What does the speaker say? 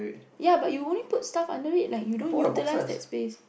ya but you only put stuff under it like you don't utilise that space